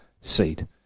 seed